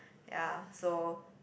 ya so